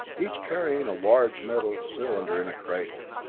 each carrying a large metal cylinder in a cradle.